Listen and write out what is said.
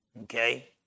Okay